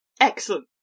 excellent